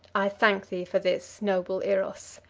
i thank thee for this, noble eros.